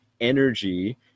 energy